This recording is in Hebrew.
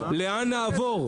לאן נעבור?